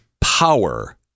power